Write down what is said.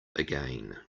again